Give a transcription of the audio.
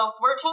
14